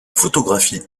photographies